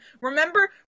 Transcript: remember